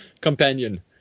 companion